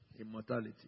immortality